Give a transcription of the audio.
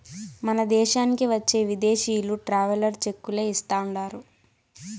మన దేశానికి వచ్చే విదేశీయులు ట్రావెలర్ చెక్కులే ఇస్తాండారు